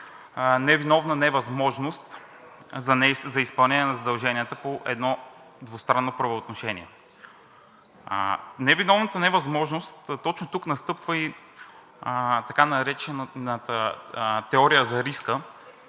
невиновна невъзможност за изпълнение на задълженията по едно двустранно правоотношение. Невиновната невъзможност точно тук настъпва и така наречената теория за риска,